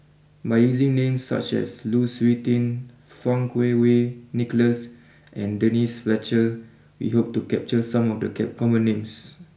by using names such as Lu Suitin Fang Kuo Wei Nicholas and Denise Fletcher we hope to capture some of the common names